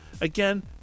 Again